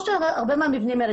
או שהרבה מהמבנים האלה,